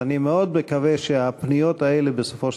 אני מאוד מקווה שהפניות האלה בסופו של